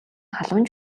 халуун